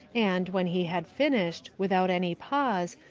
and, when he had finished, without any pause,